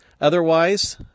Otherwise